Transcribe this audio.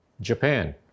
Japan